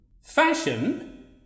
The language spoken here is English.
Fashion